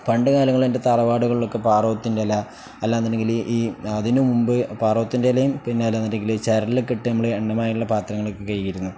പണ്ട് കാലങ്ങൾ എൻ്റെ തറവാടുകളിലൊക്കെ പാറവത്തിൻ്റെ ഇല അല്ലാന്നുണ്ടെങ്കിൽ ഈ അതിന് മുമ്പ് പാറവത്തിൻ്റെ ഇലയും പിന്നെ അല്ലാന്നുണ്ടെങ്കിൽ ചരലിലൊക്കെയിട്ട് നമ്മൾ എണ്ണമയമുള്ള പാത്രങ്ങളൊക്കെ കഴുകിയിരുന്നു